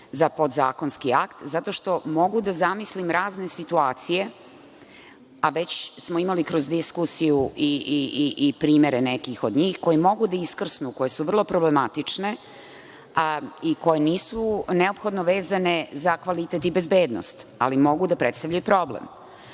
za podzakonski akt, zato što mogu da zamislim razne situacije, a već smo imali kroz diskusiju i primere nekih od njih, koje mogu da iskrsnu i koje su vrlo problematične, koje nisu neophodno vezane za kvalitet i bezbednost, ali mogu da predstavljaju problem.